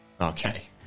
Okay